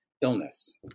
illness